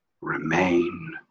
remain